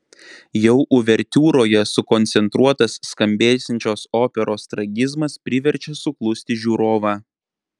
jau uvertiūroje sukoncentruotas skambėsiančios operos tragizmas priverčia suklusti žiūrovą